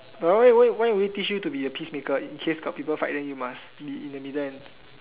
wait wait why why would it teach you to be a peacemaker in case got people fight then you must be in the